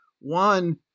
One